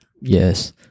Yes